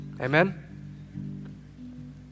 Amen